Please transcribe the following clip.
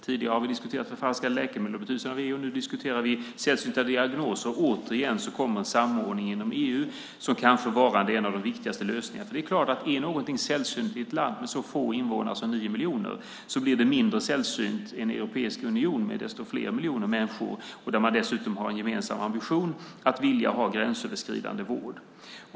Tidigare har vi diskuterat förfalskade läkemedel och betydelsen av EU; nu diskuterar vi sällsynta diagnoser. Återigen kommer samordningen inom EU kanske att vara en av de viktigaste lösningarna. Det är klart att om någonting är sällsynt i ett land med så få som nio miljoner invånare blir det mindre sällsynt i en europeisk union med desto fler miljoner människor där man dessutom har en gemensam ambition att vilja ha gränsöverskridande vård.